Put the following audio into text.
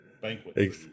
Banquet